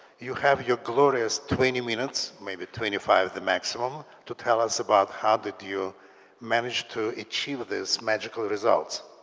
you have your glorious twenty minutes maybe twenty five at the maximum to tell us about how did you manage to achieve this magical results?